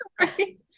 right